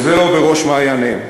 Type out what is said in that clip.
וזה לא בראש מעייניהם.